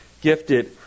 gifted